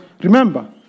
remember